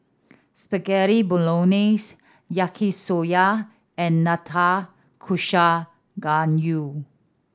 Spaghetti Bolognese Yaki Soba and Nanakusa Gayu